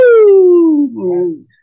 Woo